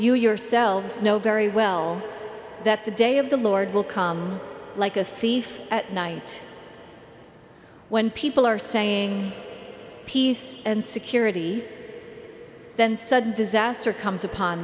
you yourselves know very well that the day of the lord will come like a thief at night when people are saying peace and security then sudden disaster comes upon